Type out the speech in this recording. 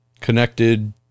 connected